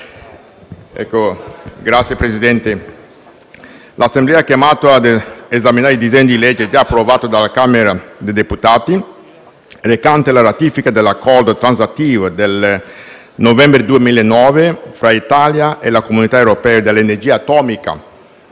l'Assemblea è chiamata ad esaminare il disegno di legge, già approvato dalla Camera dei deputati, recante la ratifica dell'Accordo transattivo del novembre 2009 fra l'Italia e la Comunità europea dell'energia atomica